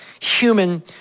human